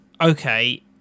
okay